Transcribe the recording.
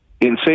insane